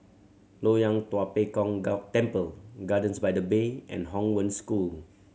Loyang Tua Pek Kong Temple Gardens by the Bay and Hong Wen School